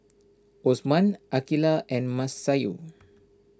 Osman Aqeelah and Masayu